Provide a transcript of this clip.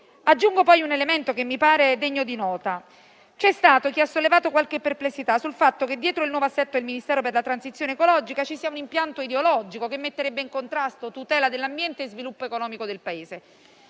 Aggiungo poi un elemento che mi pare degno di nota: c'è stato chi ha sollevato qualche perplessità sul fatto che dietro il nuovo assetto del Ministero per la transizione ecologica ci sia un impianto ideologico che metterebbe in contrasto tutela dell'ambiente e sviluppo economico del Paese.